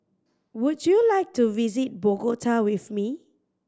would you like to visit Bogota with me